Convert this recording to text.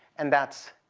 and that's